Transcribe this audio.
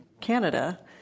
Canada